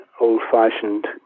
old-fashioned